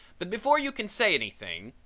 but before you can say anything,